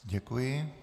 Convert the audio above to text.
Děkuji.